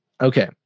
Okay